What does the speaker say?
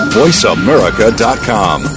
voiceamerica.com